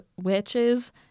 witches